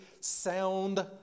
sound